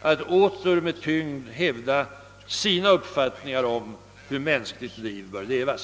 att åter med tyngd hävda sina uppfattningar om hur mänskligt liv bör levas.